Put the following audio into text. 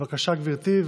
בבקשה, גברתי.